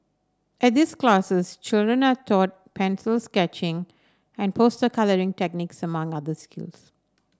at these classes children are taught pencils sketching and poster colouring techniques among other skills